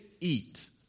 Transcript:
eat